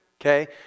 Okay